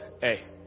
Hey